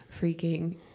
freaking